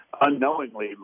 unknowingly